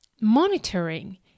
monitoring